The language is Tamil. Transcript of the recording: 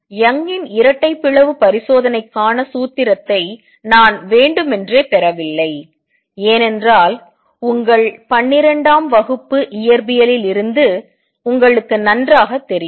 யங்கின் இரட்டை பிளவு பரிசோதனைக்கான சூத்திரத்தை நான் வேண்டுமென்றே பெறவில்லை ஏனென்றால் உங்கள் பன்னிரண்டாம் வகுப்பு இயற்பியலில் இருந்து உங்களுக்கு நன்றாகத் தெரியும்